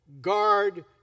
guard